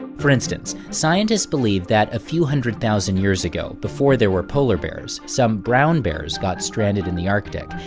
for instance, scientists believe that a few hundred thousand years ago, before there were polar bears, some brown bears got stranded in the arctic.